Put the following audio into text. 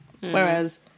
Whereas